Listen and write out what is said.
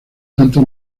tanto